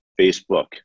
Facebook